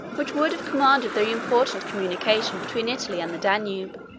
which would have commanded the important communication between italy and the danube.